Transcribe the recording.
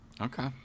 okay